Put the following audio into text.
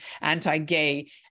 anti-gay